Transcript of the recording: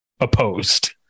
opposed